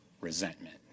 resentment